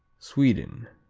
sweden